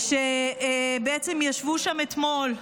שבעצם ישבה שם אתמול,